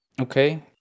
okay